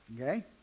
Okay